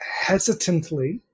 hesitantly